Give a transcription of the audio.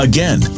Again